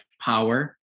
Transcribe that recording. power